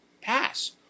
pass